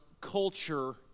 culture